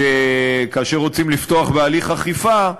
כאשר רוצים לפתוח בהליך אכיפה,